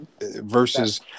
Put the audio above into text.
versus